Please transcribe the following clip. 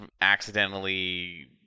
accidentally